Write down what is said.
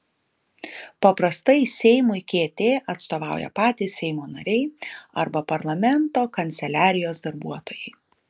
paprastai seimui kt atstovauja patys seimo nariai arba parlamento kanceliarijos darbuotojai